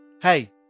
Hey